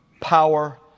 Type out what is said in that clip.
power